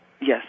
Yes